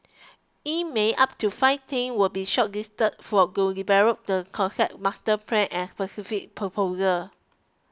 in May up to five team will be shortlisted develop the concept master plan and specific proposal